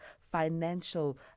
financial